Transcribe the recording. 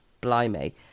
blimey